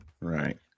right